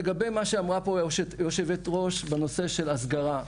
לגבי מה שאמרה פה יושבת הראש בנושא של הסגרה.